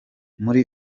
muri